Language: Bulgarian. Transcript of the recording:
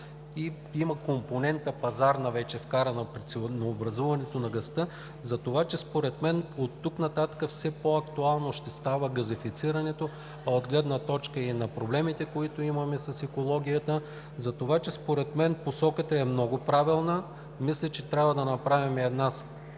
компонента, вкарана при ценообразуването на газта. Затова оттук нататък все по-актуално ще става газифицирането, а от гледна точка и на проблемите, които имаме с екологията за това, според мен посоката е много правилна. Мисля, че трябва да направим една